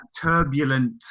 turbulent